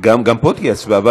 גם פה תהיה הצבעה,